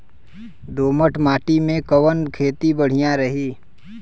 दोमट माटी में कवन खेती बढ़िया रही?